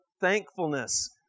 thankfulness